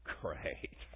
Great